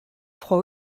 froid